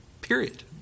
Period